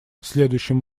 следующим